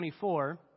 24